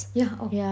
yeah oh